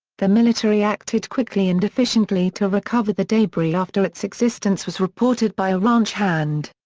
the military acted quickly and efficiently to recover the debris after its existence was reported by a ranch hand.